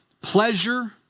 pleasure